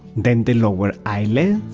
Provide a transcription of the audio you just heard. then the lower eyelid,